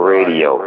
Radio